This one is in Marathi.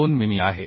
2 मिमी आहे